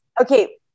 Okay